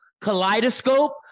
Kaleidoscope